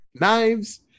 knives